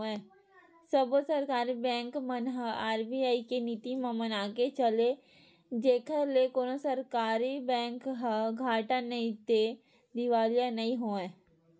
सब्बो सरकारी बेंक मन ह आर.बी.आई के नीति ल मनाके चले जेखर ले कोनो सरकारी बेंक ह घाटा नइते दिवालिया नइ होवय